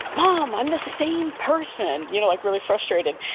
mom, i'm the same person, you know, like, really frustrated.